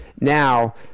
now